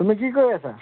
তুমি কি কৰি আছা